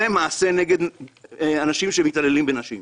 זה מעשה נגד אנשים שמתעללים בנשים.